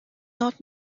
not